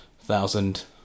thousand